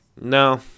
No